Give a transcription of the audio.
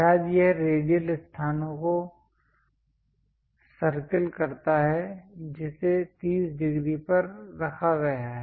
शायद यह रेडियल स्थान को सर्कल करता है जिसे 30 डिग्री पर रखा गया है